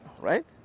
right